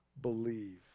believe